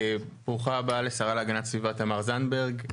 ברוכה הבאה לשרה להגנת הסביבה, תמר זנדברג.